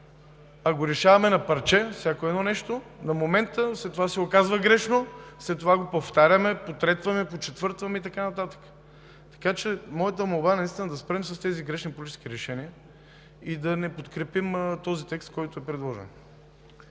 нещо решаваме на парче, на момента, след това се оказва грешно, след това го повтаряме, потретваме, почетвъртваме и така нататък. Моята молба е наистина да спрем с тези грешни политически решения и да не подкрепим текста, който е предложен.